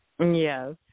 Yes